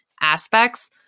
aspects